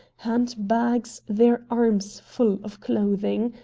hand-bags, their arms full of clothing.